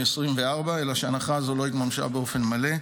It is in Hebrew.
2024. אלא שהנחה זו לא התממשה באופן מלא,